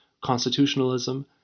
constitutionalism